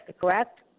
correct